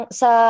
sa